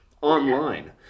online